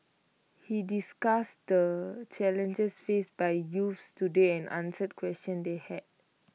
he discussed the challenges faced by youths today and answered questions they had